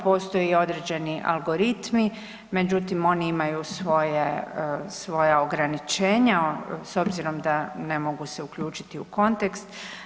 Postoji i određeni algoritmi, međutim oni imaju svoja ograničenja s obzirom da ne mogu se uključiti u kontekst.